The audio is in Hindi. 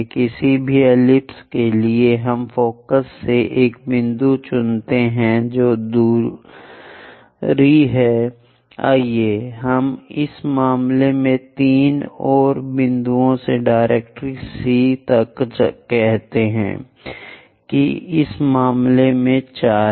किसी भी एलिप्स के लिए हम फोकस से एक बिंदु चुनते हैं जो दूरी है आइए हम इस मामले में 3 और बिंदु से डायरेक्ट्रिक्स C तक कहते हैं कि इस मामले में 4 है